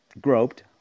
groped